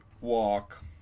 walk